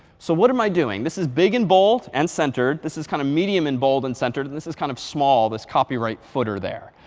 so what am i doing? this is big and bold and centered. this is kind of medium and bold and centered. and this is kind of small, this copyright holder there.